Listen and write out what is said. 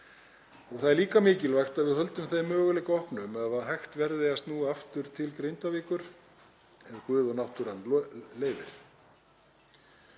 Það er líka mikilvægt að við höldum þeim möguleika opnum að hægt verði að snúa aftur til Grindavíkur ef guð og náttúran leyfir.